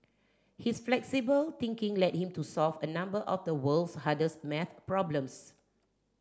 his flexible thinking led him to solve a number of the world's hardest math problems